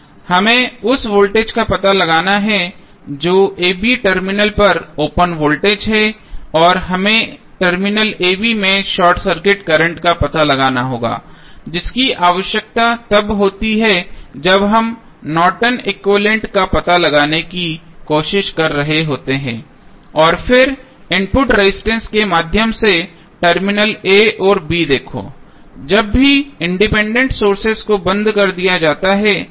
हमें उस वोल्टेज का पता लगाना है जो टर्मिनल a b पर ओपन वोल्टेज है और हमें टर्मिनल a b में शॉर्ट सर्किट करंट का पता लगाना होगा जिसकी आवश्यकता तब होती है जब हम नॉर्टन एक्विवैलेन्ट Nortons equivalent का पता लगाने की कोशिश कर रहे होते हैं और फिर इनपुट रेजिस्टेंस के माध्यम से टर्मिनल a और b देखो जब सभी इंडिपेंडेंट सोर्सेज को बंद कर दिया जाता है